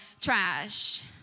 trash